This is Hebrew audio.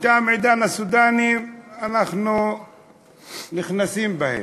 תם עידן הסודאנים, אנחנו נכנסים בהם.